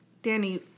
Danny